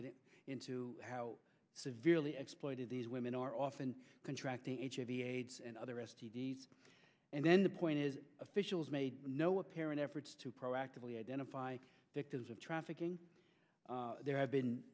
get it how severely exploited these women are often contracting hiv aids and other s t d's and then the point is officials made no apparent efforts to proactively identify victims of trafficking there have been